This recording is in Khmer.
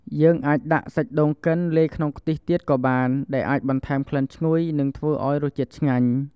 យើងអាចដាក់សាច់ដូងកិនលាយក្នុងខ្ទិះទៀតក៏បាន ដែលអាចបន្ថែមក្លិនឈ្ងុយ និងធ្វើឱ្យរសជាតិឆ្ងាញ់។